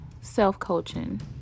self-coaching